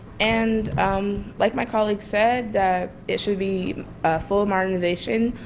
and like my colleague said, it should be a full modernization.